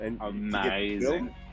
amazing